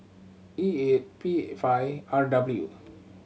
E eight P five R W